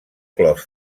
clos